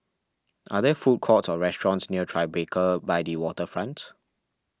are there food courts or restaurants near Tribeca by the Waterfront